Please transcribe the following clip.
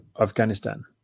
Afghanistan